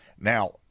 Now